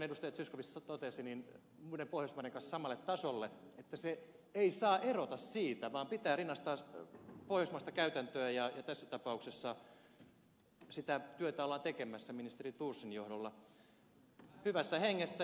zyskowicz totesi muiden pohjoismaiden kanssa samalle tasolle että se ei saa erota siitä vaan pitää rinnastaa pohjoismaista käytäntöä ja tässä tapauksessa sitä työtä ollaan tekemässä ministeri thorsin johdolla hyvässä hengessä